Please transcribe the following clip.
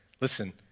listen